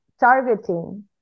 targeting